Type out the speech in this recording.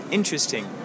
Interesting